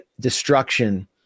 destruction